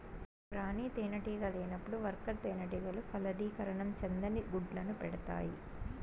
రాణి తేనెటీగ లేనప్పుడు వర్కర్ తేనెటీగలు ఫలదీకరణం చెందని గుడ్లను పెడుతాయి